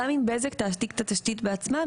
גם אם בזק תעתיק את התשתית בעצמה,